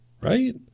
right